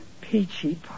Peachy